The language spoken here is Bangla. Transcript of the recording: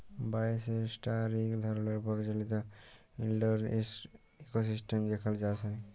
বায়োশেল্টার ইক ধরলের পরিচালিত ইলডোর ইকোসিস্টেম যেখালে চাষ হ্যয়